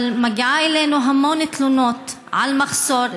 אבל מגיעות אלינו המון תלונות על מחסור.